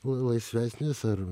l laisvesnis ar